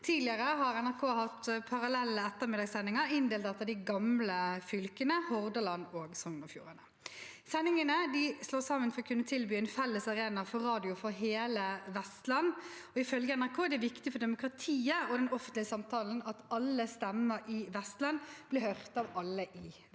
Tidligere har NRK hatt parallelle ettermiddagssendinger inndelt etter de gamle fylkene, Hordaland og Sogn og Fjordane. Sendingene slås sammen for å kunne tilby en felles arena for radio for hele Vestland. Ifølge NRK er det viktig for demokratiet og den offentlige samtalen at alle stemmer i Vestland blir hørt av alle i Vestland.